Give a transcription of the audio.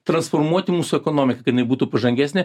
transformuoti mūsų ekonomiką kad jinai būtų pažangesnė